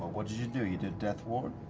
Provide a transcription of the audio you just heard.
what did you do? you did death ward.